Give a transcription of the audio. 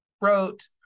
wrote